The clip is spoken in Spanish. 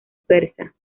persa